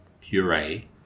puree